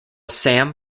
sam